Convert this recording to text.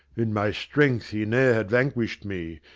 in my strength he ne'er had vanquished me.